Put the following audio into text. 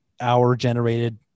hour-generated